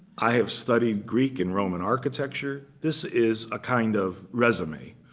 i have studied greek and roman architecture. this is a kind of resume.